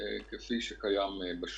כפי שקיים בשוק.